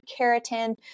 keratin